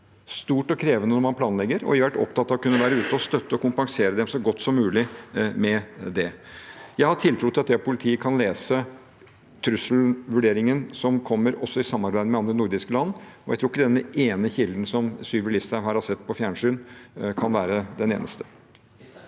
stort og krevende når man planlegger. Vi har vært opptatt av å kunne støtte og kompensere dem så godt som mulig med det. Jeg har tiltro til at politiet kan lese trusselvurderingene som kommer, også i samarbeid med andre nordiske land. Jeg tror ikke den ene kilden som Sylvi Listhaug har sett på fjernsynet, kan være den eneste.